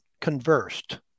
conversed